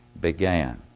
began